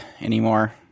anymore